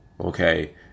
okay